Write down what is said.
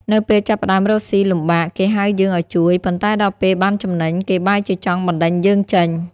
នៅពេលចាប់ផ្ដើមរកស៊ីលំបាក គេហៅយើងឱ្យជួយ ប៉ុន្តែដល់ពេលបានចំណេញ គេបែរជាចង់បណ្ដេញយើងចេញ។